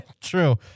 True